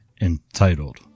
entitled